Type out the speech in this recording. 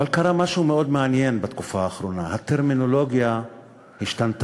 אבל קרה משהו מאוד מעניין בתקופה האחרונה: הטרמינולוגיה השתנתה.